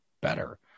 better